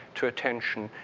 to attention,